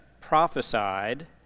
prophesied